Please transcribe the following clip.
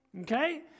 Okay